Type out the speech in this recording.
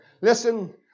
Listen